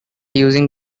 using